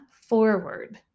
forward